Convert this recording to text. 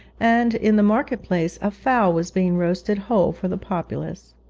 and in the market-place a fowl was being roasted whole for the populace.